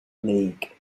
league